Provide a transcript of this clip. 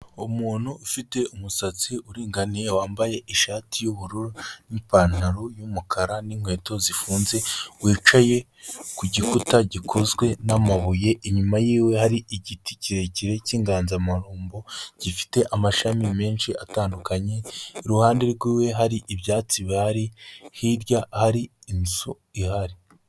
Umuntu ufite umusatsi uringaniye wambaye ishati y'ubururu n'ipantaro y'umukara n'inkweto zifunze, wicaye ku gikuta gikozwe n'amabuye, inyuma yiwe hari igiti kirekire cy'inganzamarumbo gifite amashami menshi atandukanye, iruhande rwiwe hari ibyatsi bihari, hirya hari inzu ihari.